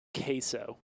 Queso